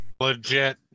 Legit